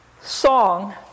song